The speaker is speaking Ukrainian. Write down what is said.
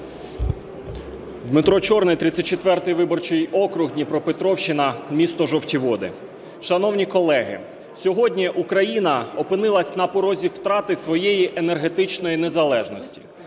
Дмитро Чорний, 34 виборчий округ, Дніпропетровщина, місто Жовті Води. Шановні колеги, сьогодні Україна опинилась на порозі втрати своєї енергетичної незалежності.